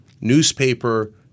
newspaper